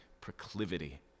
proclivity